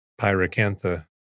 pyracantha